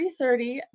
3.30